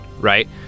Right